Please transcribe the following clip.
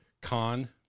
Con